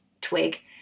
twig